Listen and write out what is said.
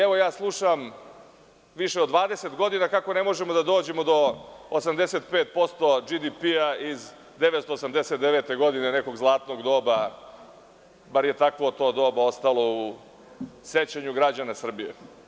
Evo slušam više od 20 godina kako ne možemo da dođemo do 85% BDP iz 1989. godine, nekog zlatnog doba, bar je tako to doba ostalo u sećanju građana Srbije.